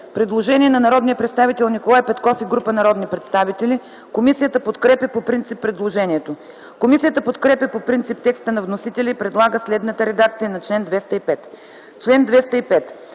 предложение от народния представител Николай Петков и група народни представители. Комисията подкрепя по принцип предложението. Комисията подкрепя по принцип текста на вносителя и предлага следната редакция на чл. 202: